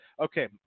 Okay